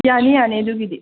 ꯌꯥꯅꯤ ꯌꯥꯅꯤ ꯑꯗꯨꯒꯤꯗꯤ